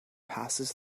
passes